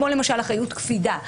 כמו למשל אחריות קפידה.